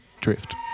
Drift